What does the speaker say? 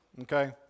okay